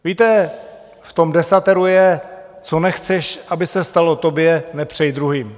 Víte, v tom desateru je co nechceš, aby se stalo tobě, nepřej druhým.